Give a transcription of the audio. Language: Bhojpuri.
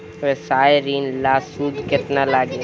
व्यवसाय ऋण ला सूद केतना लागी?